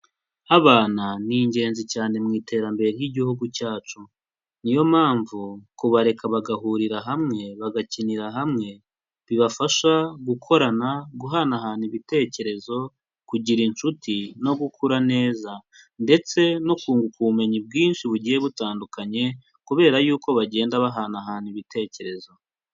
Abana ni ingenzi cyane mu iterambere ry'igihugu cyacu, niyo mpamvu kubareka bagahurira hamwe, bagakinira hamwe bibafasha gukorana, guhanahana ibitekerezo, kugira inshuti no gukura neza ndetse no kunguka ubumenyi bwinshi bugiye butandukanye kubera yuko bagenda bahanahana ibitekerezo.